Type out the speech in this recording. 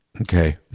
okay